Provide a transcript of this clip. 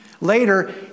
Later